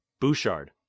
Bouchard